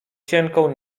cienką